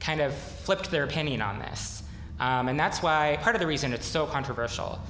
kind of flipped their opinion on this and that's why part of the reason it's so controversial